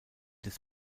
des